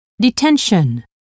detention